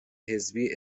حزبی